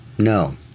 No